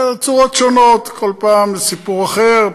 בצורות שונות, כל פעם זה סיפור אחר.